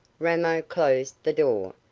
ramo closed the door,